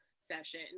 session